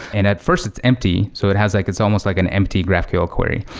and at first it's empty. so it has like it's almost like an empty graphql query.